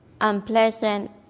unpleasant